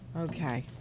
Okay